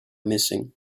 missing